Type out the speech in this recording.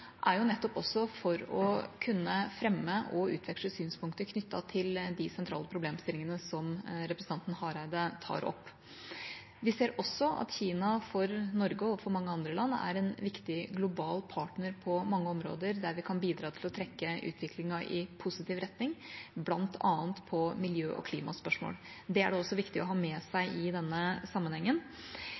nettopp at hun skal kunne fremme og utveksle synspunkter knyttet til de sentrale problemstillingene som representanten Hareide tar opp. Vi ser også at Kina, for Norge og for mange andre land, er en viktig global partner på mange områder der vi kan bidra til å trekke utviklingen i positiv retning, bl.a. når det gjelder miljø- og klimaspørsmål. Det er det også viktig å ha med seg i denne sammenhengen.